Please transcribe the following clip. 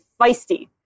feisty